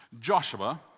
Joshua